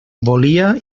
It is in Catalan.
volia